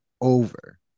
over